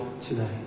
today